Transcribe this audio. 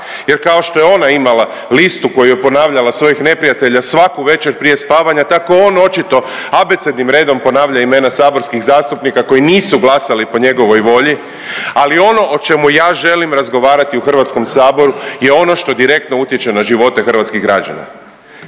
Jer kao što je ona imala listu koju je ponavljala svojih neprijatelja svaku večer prije spavanja, tako on očito abecednim redom ponavlja imena saborskih zastupnika koji nisu glasali po njegovoj volji. Ali ono o čemu ja želim razgovarati u Hrvatskom saboru je ono što direktno utječe na živote hrvatskih građana.